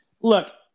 Look